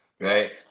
right